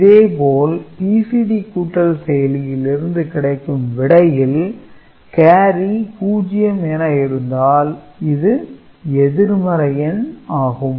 இதேபோல் BCD கூட்டல் செயலியில் இருந்து கிடைக்கும் விடையில் கேரி 0 என இருந்தால் இது எதிர்மறை எண் ஆகும்